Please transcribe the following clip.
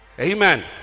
Amen